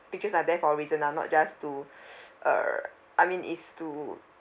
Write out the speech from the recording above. pictures are there for a reason lah not just to err I mean it's to